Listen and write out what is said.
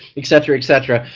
etc, etc.